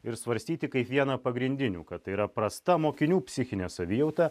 ir svarstyti kaip vieną pagrindinių kad yra prasta mokinių psichinė savijauta